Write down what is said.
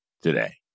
today